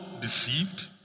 deceived